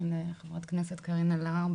חברת הכנסת קארין אלהרר.